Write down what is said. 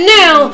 now